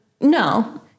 no